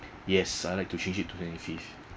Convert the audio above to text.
yes I like to change it to twenty fifth